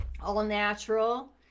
all-natural